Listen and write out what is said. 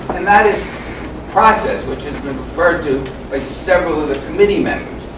and that is process, which has been referred to by several of the committee members.